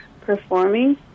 performing